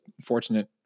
fortunate